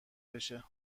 بشه